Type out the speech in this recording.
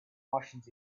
martians